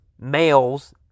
males